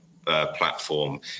Platform